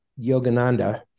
Yogananda